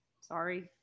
sorry